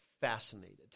fascinated